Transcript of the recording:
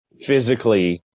Physically